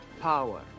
Power